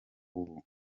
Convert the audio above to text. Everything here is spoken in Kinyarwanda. ubu